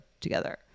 together